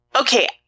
Okay